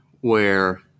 where-